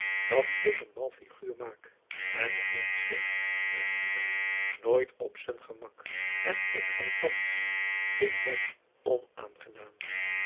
dat ik een mal figuur maak men voelt zich met die lui nooit op z'n gemak en ik althans vind hen onaangenaam